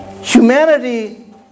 Humanity